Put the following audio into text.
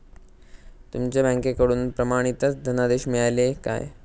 तुमका बँकेकडून प्रमाणितच धनादेश मिळाल्ले काय?